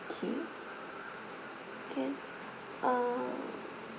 okay can uh